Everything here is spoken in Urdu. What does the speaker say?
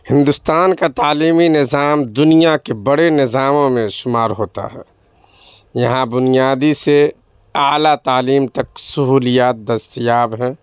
ہندوستان کا تعلیمی نظام دنیا کے بڑے نظاموں میں شمار ہوتا ہے یہاں بنیادی سے اعلیٰ تعلیم تک سہولیات دستیاب ہیں